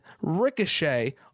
ricochet